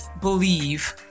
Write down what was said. believe